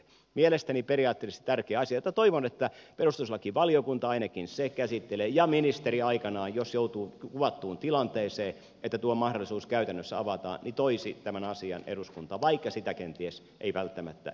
mielestäni tämä on periaatteellisesti tärkeä asia joten toivon että ainakin perustuslakivaliokunta sen käsittelee ja että ministeri aikanaan jos joutuu kuvattuun tilanteeseen että tuo mahdollisuus käytännössä avataan toisi tämän asian eduskuntaan vaikka sitä kenties ei välttämättä edellytettäisikään